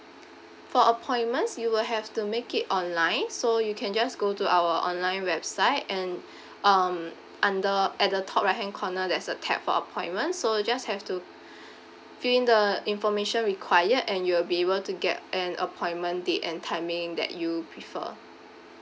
for appointments you will have to make it online so you can just go to our online website and um under at the top right hand corner there's a tab for appointment so just have to fill in the information required and you'll be able to get an appointment date and timing that you prefer